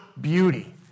beauty